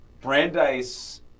Brandeis